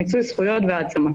מיצוי זכויות והעצמה.